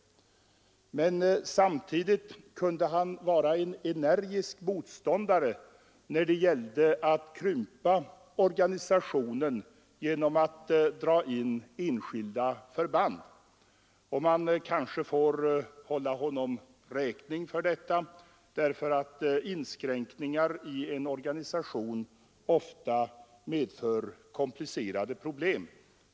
Men samtidigt kunde han vara en energisk motståndare när det gällde att krympa organisationen genom att dra in enskilda förband. Och man kanske får hålla honom räkning för detta, därför att inskränkningar i en organisation ofta medför komplicerade problem.